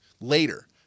later